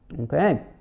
Okay